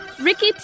Ricky